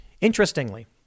Interestingly